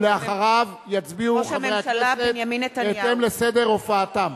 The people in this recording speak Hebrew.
ולאחריו יצביעו חברי הכנסת בהתאם לסדר הופעתם.